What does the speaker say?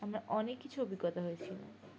আমার অনেক কিছু অভিজ্ঞতা হয়েছিল